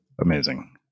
amazing